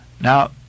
Now